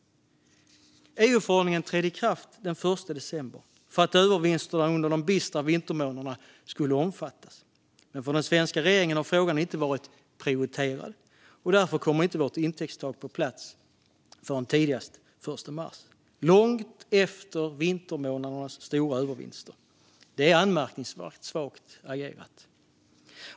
EU-förordningen trädde i kraft den 1 december, för att övervinsterna under de bistra vintermånaderna skulle omfattas. Men för den svenska regeringen har frågan inte varit prioriterad. Därför kommer vårt intäktstak på plats tidigast i mars, långt efter vintermånadernas stora övervinster. Det är anmärkningsvärt svagt agerat.